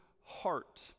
heart